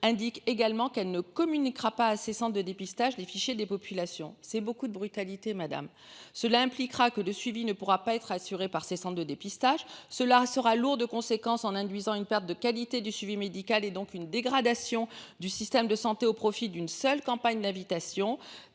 indique également qu'elle ne communiquera pas assez Centre de dépistage les fichiers des populations c'est beaucoup de brutalité madame cela impliquera que le suivi ne pourra pas être assurée par ses cendres de dépistage, cela sera lourde de conséquences en induisant une perte de qualité du suivi médical et donc une dégradation du système de santé au profit d'une seule campagne l'invitation.